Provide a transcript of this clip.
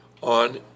on